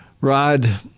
Rod